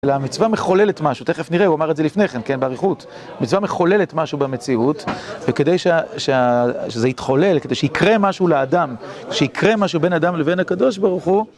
למצווה מחוללת משהו, תכף נראה, הוא אמר את זה לפניכם, כן, בעריכות. המצווה מחוללת משהו במציאות, וכדי שזה יתחולל, כדי שיקרה משהו לאדם, שיקרה משהו בין האדם לבין הקדוש ברוך הוא,